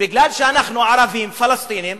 משום שאנחנו ערבים פלסטינים,